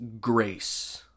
grace